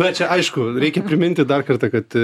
na čia aišku reikia priminti dar kartą kad